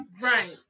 Right